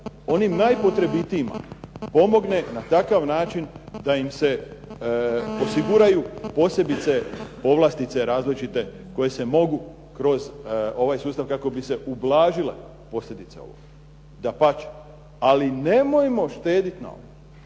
onim najpotrebitijim pomogne na takav način da im se osiguraju posebice povlastice različite koje se mogu kroz ovaj sustav kako bi se ublažila posljedica ovoga. Dapače. Ali nemojmo štediti na ovome,